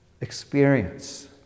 experience